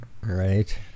right